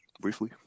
briefly